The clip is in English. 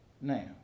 Now